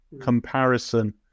comparison